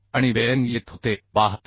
तर आणि बेअरिंग येत होते 72